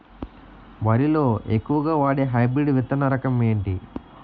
వరి లో ఎక్కువుగా వాడే హైబ్రిడ్ విత్తన రకం ఏంటి?